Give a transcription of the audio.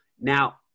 now